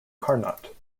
carnot